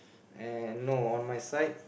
no on my side